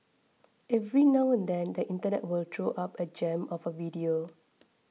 every now and then the internet will throw up a gem of a video